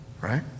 right